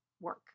work